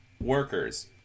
workers